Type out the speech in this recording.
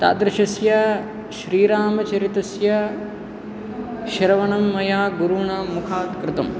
तादृशस्य श्रीरामचरितस्य श्रवणं मया गुरूणां मुखात् कृतम्